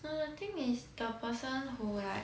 but the thing is the person who like